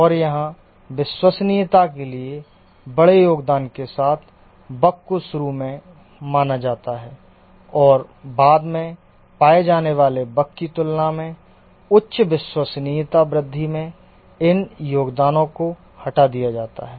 और यहाँ विश्वसनीयता के लिए बड़े योगदान के साथ बग को शुरू में माना जाता है और बाद में पाए जाने वाले बग की तुलना में उच्च विश्वसनीयता वृद्धि में इन योगदानों को हटा दिया जाता है